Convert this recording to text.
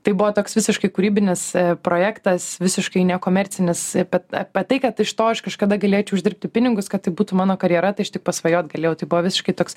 tai buvo toks visiškai kūrybinis projektas visiškai nekomercinis bet apie tai kad iš to aš kažkada galėčiau uždirbti pinigus kad tai būtų mano karjera tai aš tik pasvajot galėjau tai buvo visiškai toks